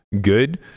good